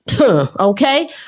Okay